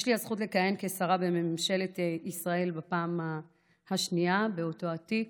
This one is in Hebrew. יש לי הזכות לכהן כשרה בממשלת ישראל בפעם השנייה באותו התיק.